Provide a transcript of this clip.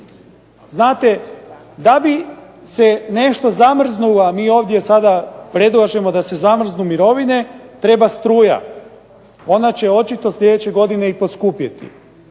Znate da bi se nešto zamrznula, mi ovdje sada predlažemo da se zamrznu mirovine, treba struja. Ona će očito sljedeće godine i poskupjeti.